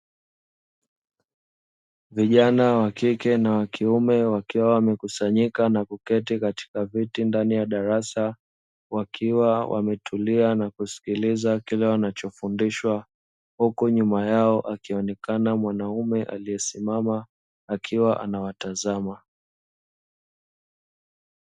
Vijana wa kike na wa kiume wakiwa wamekusanyika na kuketi katika viti ndani ya darasa, wakiwa wametulia na kusikiliza kile wanachofundishwa; huko nyuma yao akionekana mwanaume aliyesimama akiwa anawatazama.